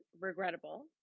regrettable